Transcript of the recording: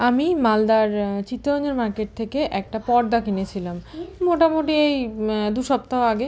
আমি মালদার চিত্তরঞ্জন মার্কেট থেকে একটা পর্দা কিনেছিলাম মোটামুটি এই দু সপ্তাহ আগে